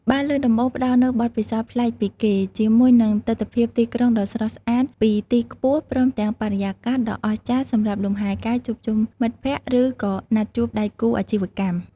បារលើដំបូលផ្ដល់នូវបទពិសោធន៍ប្លែកពីគេ ជាមួយនឹងទិដ្ឋភាពទីក្រុងដ៏ស្រស់ស្អាតពីទីខ្ពស់ ព្រមទាំងបរិយាកាសដ៏អស្ចារ្យសម្រាប់លំហែកាយ ជួបជុំមិត្តភក្តិ ឬក៏ណាត់ជួបដៃគូអាជីវកម្ម។